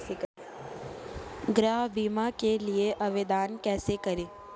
गृह बीमा के लिए आवेदन कैसे करें?